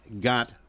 got